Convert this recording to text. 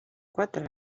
quatre